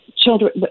Children